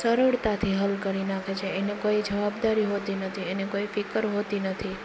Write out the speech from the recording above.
સરળતાથી હલ કરી નાખે છે એને કોઈ જવાબદારી હોતી નથી એને કોઈ ફિકર હોતી નથી